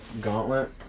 gauntlet